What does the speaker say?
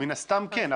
מן הסתם כן,